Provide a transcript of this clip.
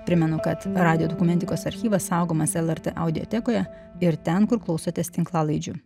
primenu kad radijo dokumentikos archyvas saugomas l rt audiotekoje ir ten kur klausotės tinklalaidžių